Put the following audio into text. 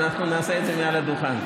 אז אנחנו נעשה את זה מעל הדוכן.